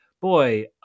boy